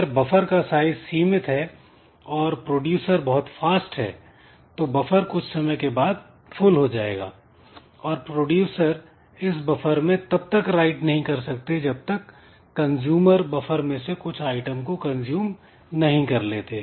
अगर बफर का साइज सीमित है और प्रोड्यूसर बहुत फास्ट है तो बफर कुछ समय के बाद फुल हो जाएगा और प्रोड्यूसर इस बफर में तब तक राइट नहीं कर सकते जब तक कंजूमर बफर में से कुछ आइटम को कंज्यूम नहीं कर लेते